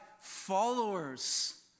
followers